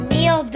Neil